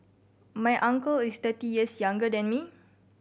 my uncle is thirty years younger than me